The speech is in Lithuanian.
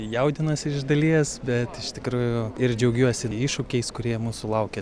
jaudinuosi iš dalies bet iš tikrųjų ir džiaugiuosi iššūkiais kurie mūsų sulaukia